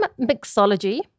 mixology